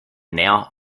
now